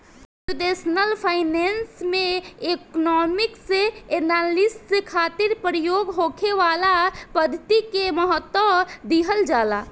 computational finance में economic analysis खातिर प्रयोग होखे वाला पद्धति के महत्व दीहल जाला